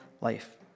life